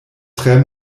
tre